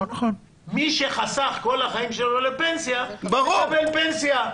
מי שחסך כל החיים שלו לפנסיה מקבל פנסיה.